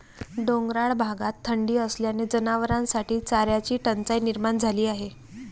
डोंगराळ भागात थंडी असल्याने जनावरांसाठी चाऱ्याची टंचाई निर्माण झाली आहे